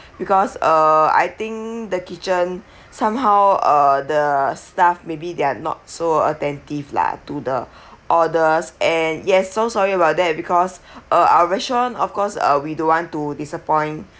because uh I think the kitchen somehow uh the staff maybe they're not so attentive lah to the orders and yes so sorry about that because uh our restaurant of course uh we don't want to disappoint